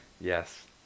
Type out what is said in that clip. Yes